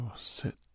sit